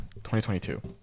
2022